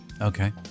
Okay